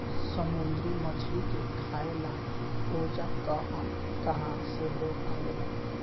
समुंद्री मछली के खाए ला ओजा कहा कहा से लोग आवेला